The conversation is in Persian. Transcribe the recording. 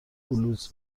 بلوز